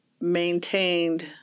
maintained